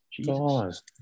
Jesus